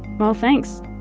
well, thanks